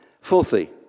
Fourthly